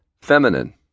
feminine